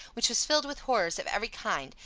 which was filled with horrors of every kind,